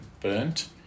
burnt